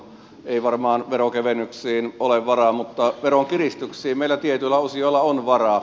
ei varmaan veronkevennyksiin ole varaa mutta veronkiristyksiin meillä tietyillä osioilla on varaa